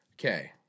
Okay